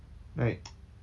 right